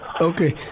okay